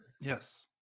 yes